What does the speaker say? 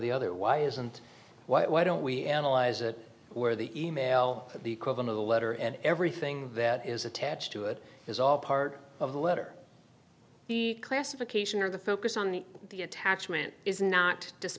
the other why isn't why don't we analyze it where the e mail the equivalent of the letter and everything that is attached to it is all part of the letter the classification or the focus on the the attachment is not